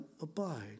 abide